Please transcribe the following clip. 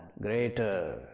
greater